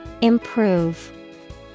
Improve